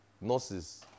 nurses